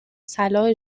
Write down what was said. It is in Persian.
صلاح